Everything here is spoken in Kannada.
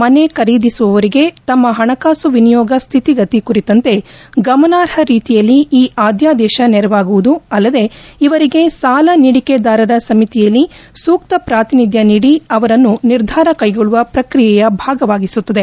ಮನೆ ಖರೀದಿಸುವವರಿಗೆ ತಮ್ನ ಹಣಕಾಸು ವಿನಿಯೋಗ ಸ್ಥಿತಿಗತಿ ಕುರಿತಂತೆ ಗಮನಾರ್ಹ ರೀತಿಯಲ್ಲಿ ಈ ಆದ್ನಾದೇಶ ನೆರವಾಗುವುದು ಅಲ್ಲದೆ ಇವರಿಗೆ ಸಾಲ ನೀಡಿಕೆದಾರರ ಸಮಿತಿಯಲ್ಲಿ ಸೂಕ್ತ ಪ್ರಾತಿನಿಧ್ದ ನೀಡಿ ಅವರನ್ನು ನಿರ್ಧಾರ ಕೈಗೊಳ್ಳುವ ಪ್ರಕ್ರಿಯೆಯ ಭಾಗವಾಗಿಸುತ್ತದೆ